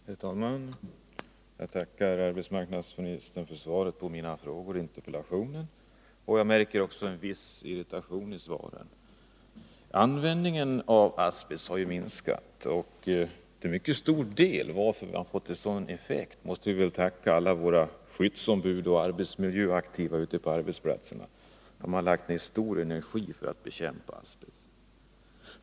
Herr talman! Jag tackar arbetsmarknadsministern för svaret på min interpellation. Jag märker en viss irritation i svaret. Användningen av asbest har minskat. För denna effekt har vi till mycket stor del att tacka alla våra skyddsombud och arbetsmiljöaktiva ute på arbetsplatserna, som lagt ned stor energi på att bekämpa asbest.